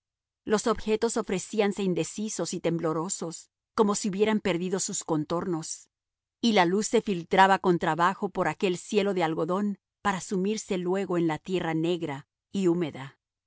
los objetos ofrecíanse indecisos y temblorosos como si hubieran perdido sus contornos y la luz se filtraba con trabajo por aquel cielo de algodón para sumirse luego en la tierra negra y húmeda